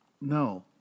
No